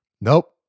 nope